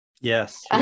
Yes